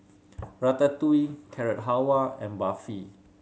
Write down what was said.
Ratatouille Carrot Halwa and Barfi